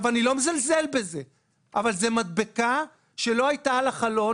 אני לא מזלזל בזה אבל זאת מדבקה שלא הייתה על החלון.